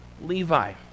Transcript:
Levi